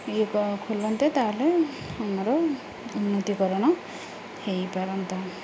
ଇଏ ଖୋଲନ୍ତେ ତା'ହେଲେ ଆମର ଉନ୍ନତିକରଣ ହେଇପାରନ୍ତା